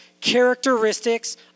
characteristics